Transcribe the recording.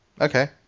Okay